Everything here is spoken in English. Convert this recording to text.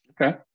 okay